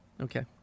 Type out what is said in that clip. okay